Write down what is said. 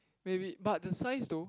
maybe but the size though